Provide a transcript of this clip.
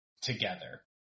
together